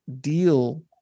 deal